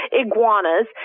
iguanas